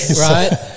right